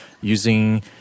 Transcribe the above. using